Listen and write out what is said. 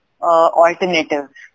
alternative